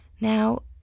Now